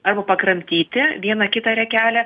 arba pakramtyti vieną kitą riekelę